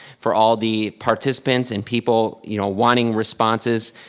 for all the participants and people you know wanting responses,